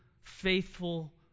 faithful